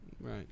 Right